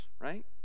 right